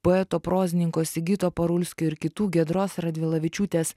poeto prozininko sigito parulskio ir kitų giedros radvilavičiūtės